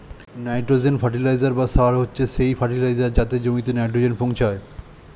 nitrogen fertiliser বা সার হচ্ছে সেই ফার্টিলাইজার যাতে জমিতে নাইট্রোজেন পৌঁছায়